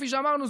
כפי שאמרנו,